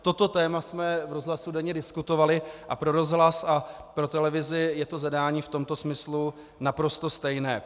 Toto téma jsme v rozhlase denně diskutovali a pro rozhlas a pro televizi je to zadání v tomto smyslu naprosto stejné.